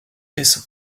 tessin